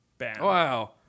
Wow